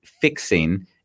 fixing